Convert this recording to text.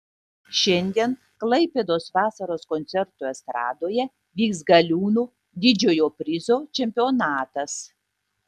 šiandien klaipėdos vasaros koncertų estradoje vyks galiūnų didžiojo prizo čempionatas